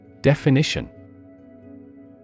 Definition